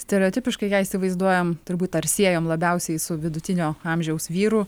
stereotipiškai ją įsivaizduojam turbūt ar siejam labiausiai su vidutinio amžiaus vyrų